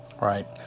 Right